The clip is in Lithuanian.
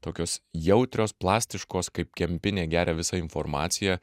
tokios jautrios plastiškos kaip kempinė geria visą informaciją